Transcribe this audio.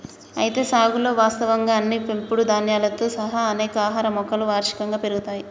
అయితే సాగులో వాస్తవంగా అన్ని పెంపుడు ధాన్యాలతో సహా అనేక ఆహార మొక్కలు వార్షికంగా పెరుగుతాయి